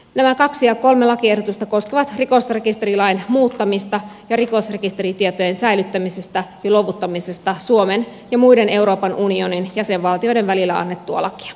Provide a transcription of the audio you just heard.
nämä toinen ja kolmas lakiehdotus koskevat rikosrekisterilain muuttamista ja rikosrekisteritietojen säilyttämisestä ja luovuttamisesta suomen ja muiden euroopan unionin jäsenvaltioiden välillä annettua lakia